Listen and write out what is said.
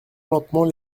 lentement